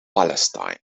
palestine